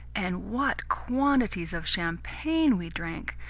and what quantities of champagne we drank!